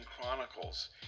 Chronicles